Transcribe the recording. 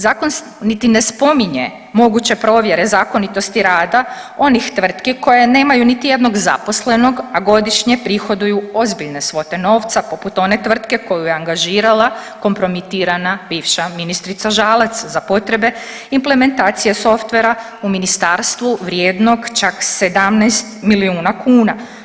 Zakon niti ne spominje moguće provjere zakonitosti rada onih tvrtki koje nemaju niti jednog zaposlenog, a godišnje prihoduju ozbiljne svote novca poput one tvrtke koju je angažirala kompromitirana bivša ministrica Žalac za potrebe implementacije softwarea u ministarstvu vrijednog čak 17 milijuna kuna.